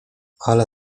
ale